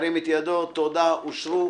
הצבעה בעד פה אחד תקנה 5(ה) ו-5(ו) אושרו.